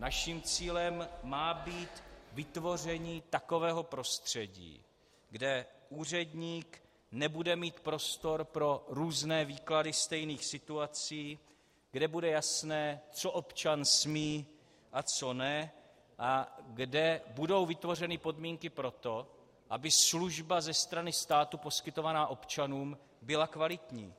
Naším cílem má být vytvoření takového prostředí, kde úředník nebude mít prostor pro různé výklady stejných situací, kde bude jasné, co občan smí a co ne, kde budou vytvořeny podmínky pro to, aby služba ze strany státu poskytovaná občanům byla kvalitní.